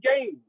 game